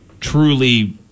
truly